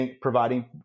providing